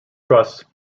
trusts